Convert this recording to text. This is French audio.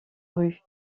rue